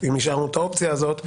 אם השארנו את האופציה הזאת,